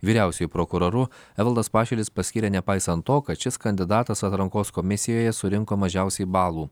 vyriausiuoju prokuroru evaldas pašilis paskyrė nepaisant to kad šis kandidatas atrankos komisijoje surinko mažiausiai balų